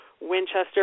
Winchester